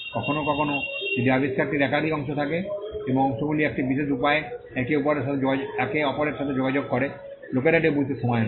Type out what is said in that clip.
কখনও কখনও যদি আবিষ্কারটির একাধিক অংশ থাকে এবং অংশগুলি একটি বিশেষ উপায়ে একে অপরের সাথে যোগাযোগ করে লোকেরা এটি বুঝতে সময় নেয়